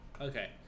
Okay